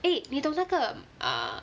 eh 你懂那个 uh